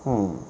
hmm